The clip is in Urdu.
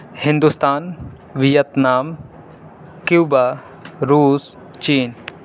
ہندوستان ویتنام کیوبا روس چین